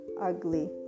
ugly